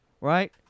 right